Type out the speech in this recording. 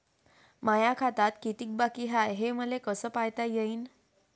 माया खात्यात कितीक बाकी हाय, हे मले कस पायता येईन?